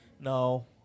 No